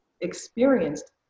experienced